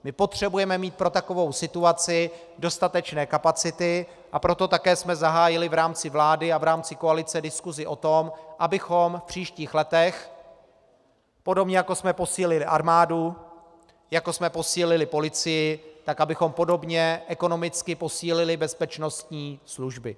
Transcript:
My potřebujeme mít pro takovou situaci dostatečné kapacity, a proto také jsme zahájili v rámci vlády a v rámci koalice diskusi o tom, abychom v příštích letech, podobně jako jsme posílili armádu, jako jsme posílili policii, tak abychom podobně ekonomicky posílili bezpečnostní služby.